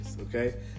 Okay